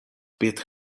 pět